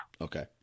Okay